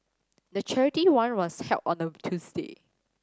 the charity run was held on a Tuesday